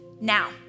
now